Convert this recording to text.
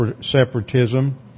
separatism